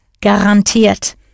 Garantiert